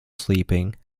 sleeping